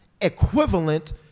equivalent